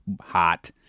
hot